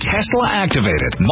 Tesla-activated